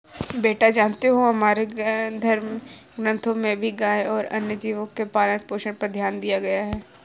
बेटा जानते हो हमारे धर्म ग्रंथों में भी गाय और अन्य जीव के पालन पोषण पर ध्यान दिया गया है